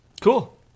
Cool